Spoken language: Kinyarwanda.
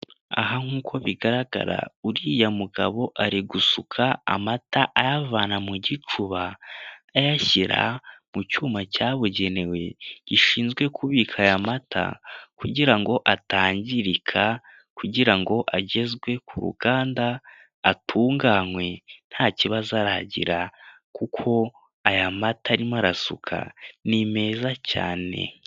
Aha nk'uko bigaragara, uriya mugabo ari gusuka amata ayavana mu gicuba ayashyira mu cyuma cyabugenewe gishinzwe kubika aya mata kugira ngo atangirika kugira ngo agezwe ku ruganda atunganywe nta kibazo aragira kuko aya mata arimo arasuka ni meza cyane.